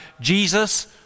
Jesus